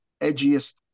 edgiest